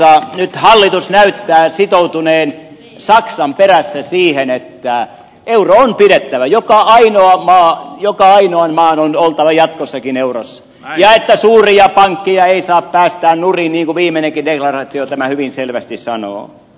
nyt hallitus näyttää sitoutuneen saksan perässä siihen että euro on pidettävä joka ainoan maan on oltava jatkossakin eurossa ja että suuria pankkeja ei saa päästää nurin niin kuin viimeinenkin deklaraatio tämän hyvin selvästi sanoo